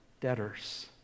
debtors